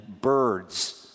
birds